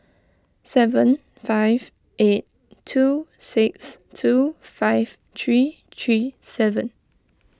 seven five eight two six two five three three seven